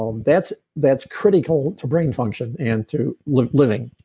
um that's that's critical to brain function and to living.